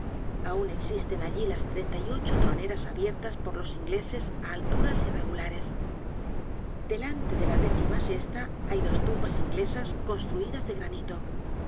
aun existen allí las treinta y ocho troneras abiertas por los ingleses á alturas irregulares delante de la décima sesta hay dos tumbas inglesas construidas de granito